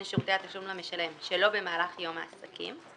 שירותי התשלום למשלם שלא במהלך יום העסקים,